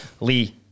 Lee